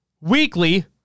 weekly